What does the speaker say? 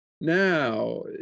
Now